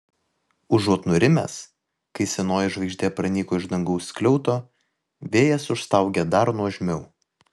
užuot nurimęs kai senoji žvaigždė pranyko iš dangaus skliauto vėjas užstaugė dar nuožmiau